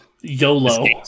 Yolo